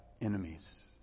enemies